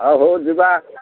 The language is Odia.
ହଉ ହଉ ଯିବା